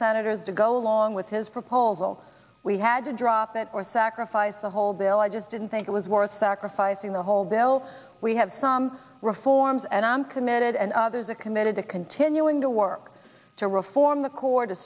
senators to go along with his proposal we had to drop it or sacrifice the whole bill i just didn't think it was worth sacrificing the whole bill we have some reforms and i am committed and others are committed to continuing to work to reform the court to